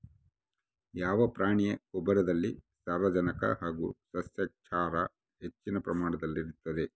ಯಾವ ಪ್ರಾಣಿಯ ಗೊಬ್ಬರದಲ್ಲಿ ಸಾರಜನಕ ಹಾಗೂ ಸಸ್ಯಕ್ಷಾರ ಹೆಚ್ಚಿನ ಪ್ರಮಾಣದಲ್ಲಿರುತ್ತದೆ?